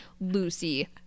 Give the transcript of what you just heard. Lucy